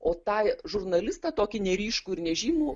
o tą žurnalistą tokį neryškų ir nežymų